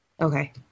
Okay